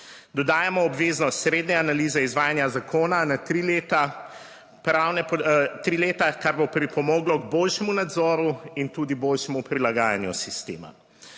Dodajamo obveznost redne analize izvajanja zakona na tri leta, kar bo pripomoglo k boljšemu nadzoru in tudi boljšemu prilagajanju sistema.